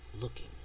looking